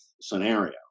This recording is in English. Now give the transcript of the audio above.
scenario